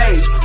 Age